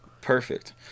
perfect